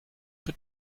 but